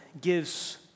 gives